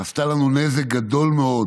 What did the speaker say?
עשתה לנו נזק גדול מאוד